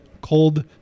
cold